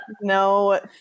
No